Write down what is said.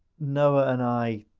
noah and i,